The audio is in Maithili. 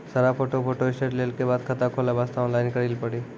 सारा फोटो फोटोस्टेट लेल के बाद खाता खोले वास्ते ऑनलाइन करिल पड़ी?